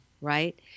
right